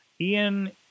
ian